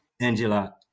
Angela